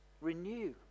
renew